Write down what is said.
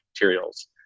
materials